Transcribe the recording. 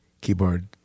keyboard